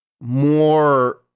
more